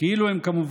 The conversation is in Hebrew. שהרי ארצנו